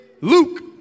Luke